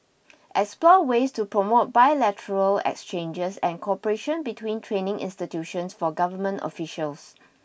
explore ways to promote bilateral exchanges and cooperation between training institutions for government officials